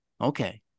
Okay